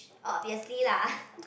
obviously lah